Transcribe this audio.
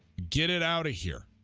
get it out here